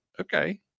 Okay